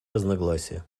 разногласия